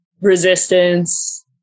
Resistance